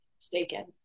Mistaken